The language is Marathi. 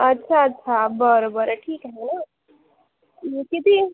अच्छा अच्छा बरं बरं ठीक आहे हॅलो किती